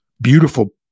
beautiful